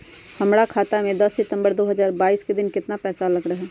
हमरा खाता में दस सितंबर दो हजार बाईस के दिन केतना पैसा अयलक रहे?